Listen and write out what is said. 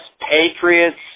patriots